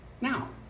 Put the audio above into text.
now